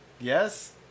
Yes